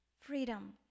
freedom